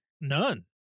None